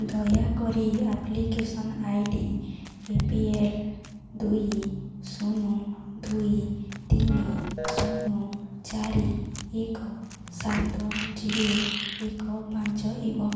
ଦୟାକରି application I D A P L ଦୁଇ ଶୂନ ଦୁଇ ତିନି ଶୂନ ଚାରି ଏକ ସାତ ଜିରୋ ଏକ ପାଞ୍ଚ ଏବଂ